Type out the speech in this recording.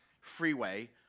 freeway